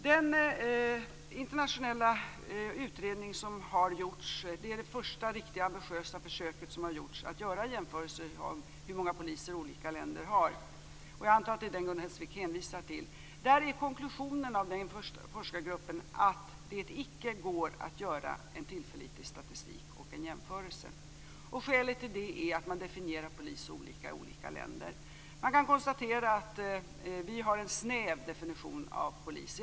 Den internationella utredning som gjorts är det första riktiga ambitiösa försöket att göra jämförelser mellan hur många poliser olika länder har. Jag antar att det är den utredningen som Gun Hellsvik hänvisar till. Forskargruppens konklusion är att det icke går att göra en tillförlitlig statistik och jämförelse. Skälet till det är att begreppet polis definieras så olika i olika länder. Vi har en snäv definition av polis.